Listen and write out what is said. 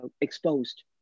exposed